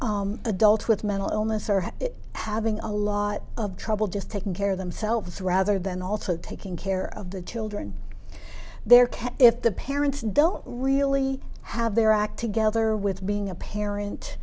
times adults with mental illness are having a lot of trouble just taking care of themselves rather than also taking care of the children in their care if the parents don't really have their act together with being a parent